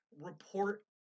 report